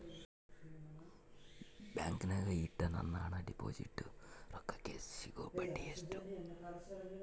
ಬ್ಯಾಂಕಿನಾಗ ಇಟ್ಟ ನನ್ನ ಡಿಪಾಸಿಟ್ ರೊಕ್ಕಕ್ಕೆ ಸಿಗೋ ಬಡ್ಡಿ ಹಣ ಎಷ್ಟು?